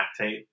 lactate